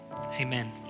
Amen